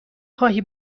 خواهی